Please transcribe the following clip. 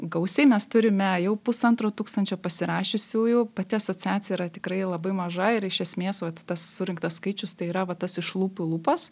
gausiai mes turime jau pusantro tūkstančio pasirašiusiųjų pati asociacija yra tikrai labai maža ir iš esmės vat tas surinktas skaičius tai yra tas iš lūpų į lūpas